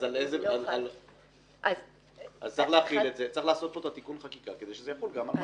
אז צריך לעשות תיקון חקיקה שזה יחול גם על